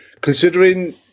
considering